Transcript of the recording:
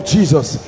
Jesus